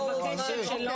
לא, זה היה קודם לכן.